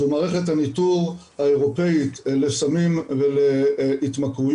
זו מערכת הניטור האירופאית לסמים ולהתמכרויות,